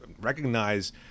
recognize